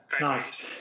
nice